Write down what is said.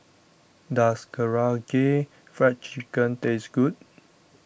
does Karaage Fried Chicken taste good